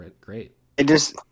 Great